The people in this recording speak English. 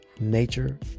nature